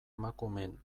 emakumeen